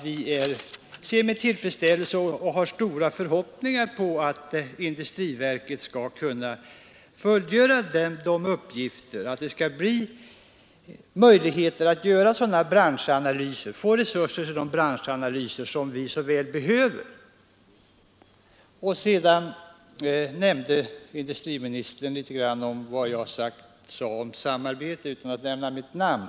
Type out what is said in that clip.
Vi ser med tillfredsställelse på det och har stora förhoppningar om att industriverket skall kunna fullgöra sina uppgifter så, att vi får resurserna till de branschanalyser som vi så väl behöver, förklarade jag. Utan att nämna mitt namn tog industriministern sedan upp litet av det som jag sade om samarbetet.